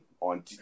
on